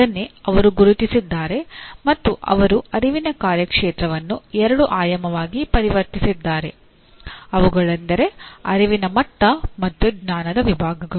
ಅದನ್ನೇ ಅವರು ಗುರುತಿಸಿದ್ದಾರೆ ಮತ್ತು ಅವರು ಅರಿವಿನ ಕಾರ್ಯಕ್ಷೇತ್ರವನ್ನು ಎರಡು ಆಯಾಮವಾಗಿ ಪರಿವರ್ತಿಸಿದ್ದಾರೆ ಅವುಗಳೆಂದರೆ ಅರಿವಿನ ಮಟ್ಟ ಮತ್ತು ಜ್ಞಾನದ ವಿಭಾಗಗಳು